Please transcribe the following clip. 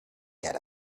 get